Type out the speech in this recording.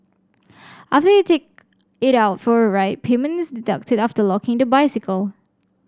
after you take it out for a ride payment is deducted after locking the bicycle